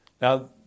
Now